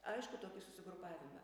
aišku tokį susigrupavimą